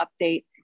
update